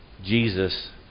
Jesus